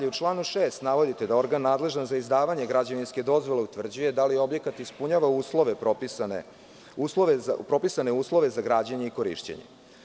U članu 6. navodite da organ nadležan za izdavanje građevinske dozvole utvrđuje da li objekat ispunjava propisane uslove za građenje i korišćenje.